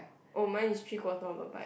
oh mine is three quarter of a pie